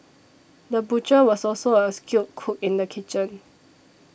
the butcher was also a skilled cook in the kitchen